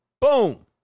boom